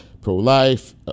pro-life